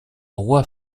roi